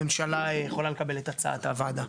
הממשלה יכולה לקבל את הצעת הוועדה.